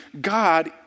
God